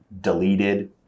deleted